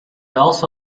also